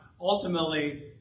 ultimately